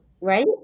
right